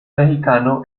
mexicano